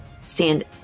stand